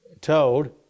TOLD